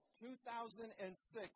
2006